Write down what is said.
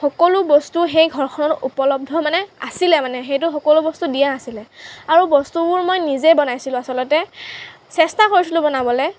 সকলো বস্তু সেই ঘৰখনত উপলব্ধ মানে আছিলে মানে সেইটো সকলো বস্তু দিয়া আছিলে আৰু বস্তুবোৰ মই নিজে বনাইছিলোঁ আচলতে চেষ্টা কৰিছিলোঁ বনাবলৈ